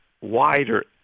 wider